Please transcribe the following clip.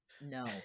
No